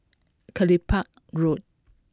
Kelopak Road